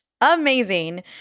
amazing